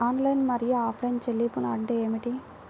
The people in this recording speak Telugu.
ఆన్లైన్ మరియు ఆఫ్లైన్ చెల్లింపులు అంటే ఏమిటి?